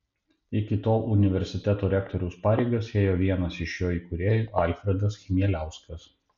iki tol universiteto rektoriaus pareigas ėjo vienas iš jo įkūrėjų alfredas chmieliauskas